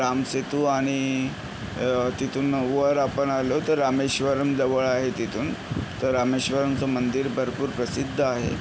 रामसेतू आणि तिथून वर आपण आलो तर रामेश्वरम जवळ आहे तिथून तर रामेश्वरमचं मंदिर भरपूर प्रसिद्ध आहे